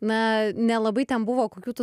na nelabai ten buvo kokių tų